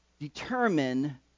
determine